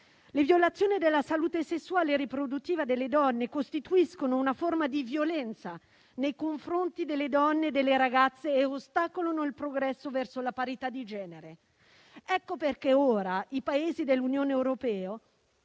Le violazioni della salute sessuale e riproduttiva delle donne costituiscono una forma di violenza nei confronti delle donne e delle ragazze e ostacolano il progresso verso la parità di genere. Ecco perché ora i Paesi dell'Unione europea